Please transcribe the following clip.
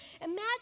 Imagine